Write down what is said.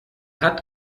hat